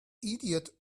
idiot